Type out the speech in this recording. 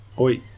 Oi